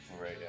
right